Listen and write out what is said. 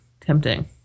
tempting